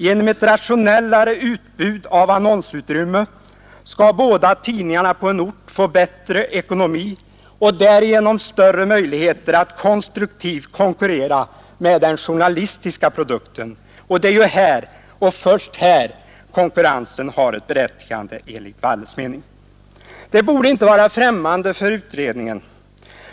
Genom ett rationellare utbud av annonsutrymme skall båda tidningarna på en ort få bättre ekonomi och därigenom större möjligheter att konstruktivt konkurrera med den journalistiska produkten, och det är ju här och först här konkurrensen har ett berättigande enligt Walles' mening. Det borde inte vara främmande för utredningen